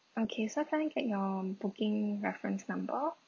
okay so can I get your booking reference number